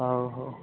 ହଉ ହଉ